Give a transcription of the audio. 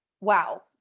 wow